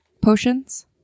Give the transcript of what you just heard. potions